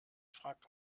fragt